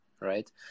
Right